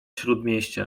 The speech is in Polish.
śródmieścia